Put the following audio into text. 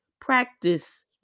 practice